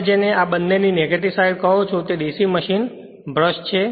તમે જેને આ બંનેની નેગેટિવ સાઈડ કહો છો તે DC મશીન બ્રશ છે